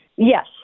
yes